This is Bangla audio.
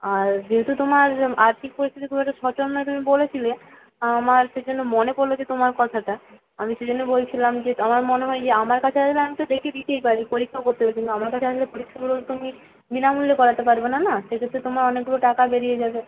আর যেহেতু তোমার আর্থিক পরিস্থিতি খুব একটা সচল নয় তুমি বলেছিলে আমার সে জন্য মনে পড়লো যে তোমার কথাটা আমি সেজন্য বলছিলাম যে আমার মনে হয় যে আমার কাছে আসলে আমি তো দেখে দিতেই পারি পরীক্ষা করতে হবে কিন্তু আমার কাছে আসলে তো পরীক্ষাগুলা তুমি বিনামূল্যে করাতে পারবে না না সেক্ষেত্রে তোমার অনেকগুলো টাকা বেরিয়ে যাবে